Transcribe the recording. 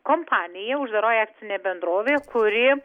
kompanija uždaroji akcinė bendrovė kuri